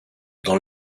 dans